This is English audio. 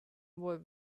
were